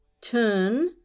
turn